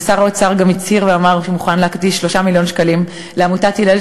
ושר האוצר גם הצהיר ואמר שהוא מוכן להקדיש 3 מיליון שקלים לעמותת "הלל",